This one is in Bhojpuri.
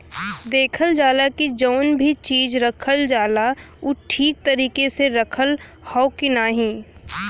देखल जाला की जौन भी चीज रखल जाला उ ठीक तरीके से रखल हौ की नाही